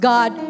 God